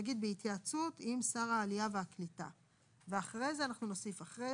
בהתייעצות עם שר העלייה והקליטה;"; ואחרי זה אנחנו נוסיף פה